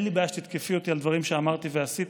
אין לי בעיה שתתקפי אותי על דברים שאמרתי ועשיתי,